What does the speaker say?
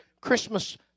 Christmas